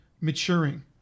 maturing